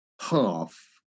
half